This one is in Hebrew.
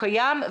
קיים,